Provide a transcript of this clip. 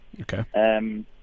Okay